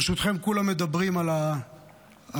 ברשותכם, כולם מדברים על החטופים,